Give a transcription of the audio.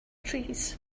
trees